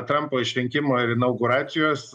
trampo išrinkimo ir inauguracijos